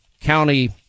County